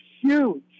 huge